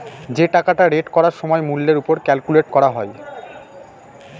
যে টাকাটা রেট করার সময় মূল্যের ওপর ক্যালকুলেট করা হয়